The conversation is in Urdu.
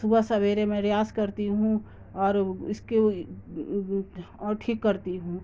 صبح سویرے میں ریاض کرتی ہوں اور اس کے اور ٹھیک کرتی ہوں